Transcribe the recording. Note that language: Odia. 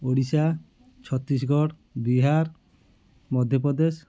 ଓଡି଼ଶା ଛତିଶଗଡ଼ ବିହାର ମଧ୍ୟପ୍ରଦେଶ